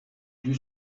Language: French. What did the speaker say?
dut